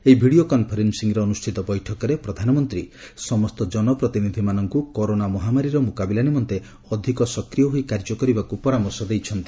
ଏହି ଭିଡ଼ିଓ କନ୍ଫରେନ୍ସିଂରେ ଅନୁଷ୍ଠିତ ବୈଠକରେ ପ୍ରଧାନମନ୍ତ୍ରୀ ସମସ୍ତ ଜନ ପ୍ରତିନିଧିମାନଙ୍କୁ କରୋନା ମହାମାରୀର ମୁକାବିଲା ନିମନ୍ତେ ଅଧିକ ସକ୍ରିୟ ହୋଇ କାର୍ଯ୍ୟ କରିବାକୁ ପରାମର୍ଶ ଦେଇଛନ୍ତି